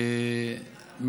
.